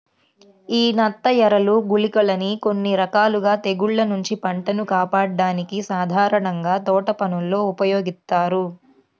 యీ నత్తఎరలు, గుళికలని కొన్ని రకాల తెగుల్ల నుంచి పంటను కాపాడ్డానికి సాధారణంగా తోటపనుల్లో ఉపయోగిత్తారు